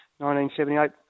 1978